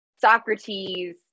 Socrates